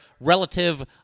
relative